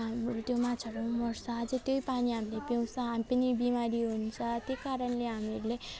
हाम्रो त्यो माछाहरू मर्छ अझै त्यही पानी हामीले पिउँछ हामी पनि बिमारी हुन्छ त्यही कारणले हामीहरूले